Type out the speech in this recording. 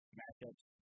matchups